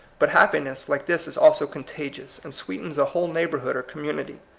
but happiness like this is also con tagious, and sweetens a whole neighbor hood or community.